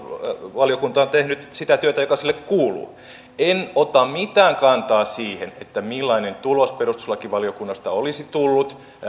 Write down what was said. valiokunta on tehnyt sitä työtä joka sille kuuluu en ota mitään kantaa siihen millainen tulos perustuslakivaliokunnasta olisi tullut